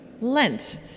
Lent